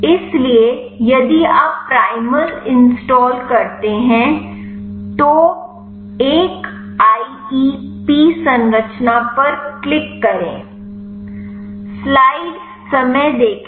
इसलिए यदि आप प्राइमल इंस्टॉल करते हैं तो 1IEP संरचना पर क्लिक करें